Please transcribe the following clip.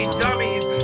dummies